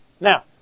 Now